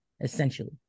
essentially